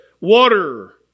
water